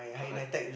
hard